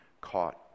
caught